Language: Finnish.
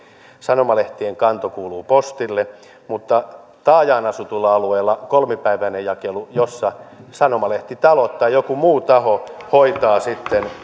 sanomalehtien kanto kuuluu postille mutta taajaan asutulla alueella olisi kolmipäiväinen jakelu kun siellä sanomalehtitalo tai joku muu taho hoitaa sitten